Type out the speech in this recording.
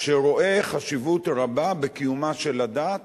שרואה חשיבות רבה בקיומה של הדת.